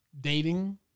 dating